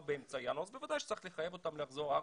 באמצע ינואר אז בוודאי שצריך לחייב אותם לחזור ארצה.